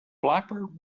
blackbird